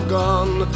gone